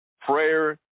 prayer